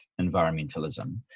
environmentalism